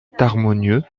harmonieux